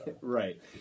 Right